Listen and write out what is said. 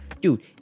dude